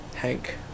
Hank